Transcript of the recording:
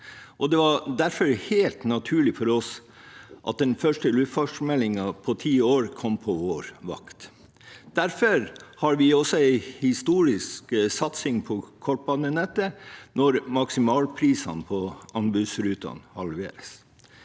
det var derfor helt naturlig for oss at den første luftfartsmeldingen på ti år kom på vår vakt. Derfor har vi også en historisk satsing på kortbanenettet, når maksimalprisen på anbudsrutene halveres.